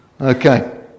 Okay